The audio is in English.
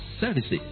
services